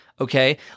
okay